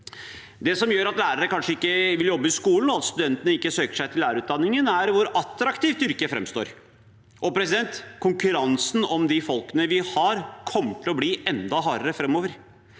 Det som gjør at lærere kanskje ikke vil jobbe i skolen, og at studentene ikke søker seg til lærerutdanningen, er hvor attraktivt yrket framstår. Konkurransen om de folkene vi har, kommer til å bli enda hardere framover.